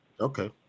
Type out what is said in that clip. Okay